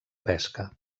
pesca